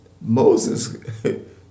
Moses